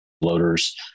loaders